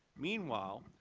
meanwhile,